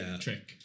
trick